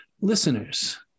Listeners